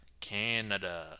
Canada